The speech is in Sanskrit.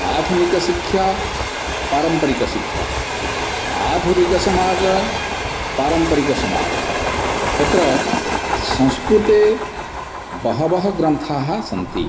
आधुनिकशिक्षा पारम्परिकशिक्षा आधुनिकसमाजः पारम्परिकसमाजः तत्र संस्कृते बहवः ग्रन्थाः सन्ति